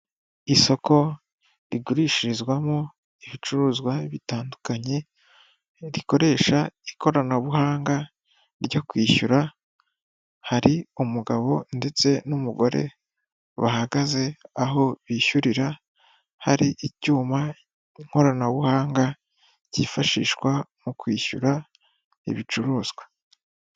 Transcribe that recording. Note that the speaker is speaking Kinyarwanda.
Isoko rigurishirizwamo ibicuruzwa bitandukanye, rikoresha ikoranabuhanga ryo kwishyura, hari umugabo ndetse n'umugore bahagaze aho bishyurira, hari icyuma nkoranabuhanga cyifashishwa mu kwishyura ibicuruzwa.